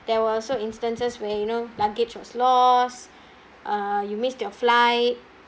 there were also instances where you know luggage was lost uh you missed your flight